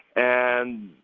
and